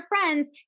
friends